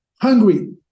hungry